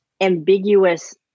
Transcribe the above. ambiguous